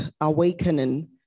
awakening